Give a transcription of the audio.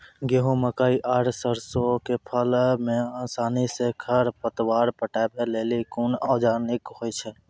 गेहूँ, मकई आर सरसो के फसल मे आसानी सॅ खर पतवार हटावै लेल कून औजार नीक है छै?